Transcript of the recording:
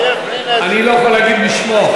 אני לא יכול להגיד בשמו.